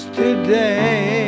today